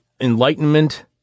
Enlightenment